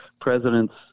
presidents